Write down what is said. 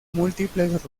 múltiples